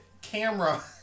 camera